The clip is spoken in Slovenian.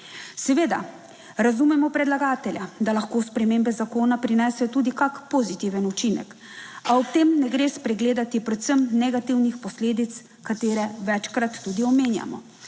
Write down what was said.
Seveda razumemo predlagatelja, da lahko spremembe zakona prinesejo tudi kak pozitiven učinek, a ob tem ne gre spregledati predvsem negativnih posledic, katere večkrat tudi omenjamo.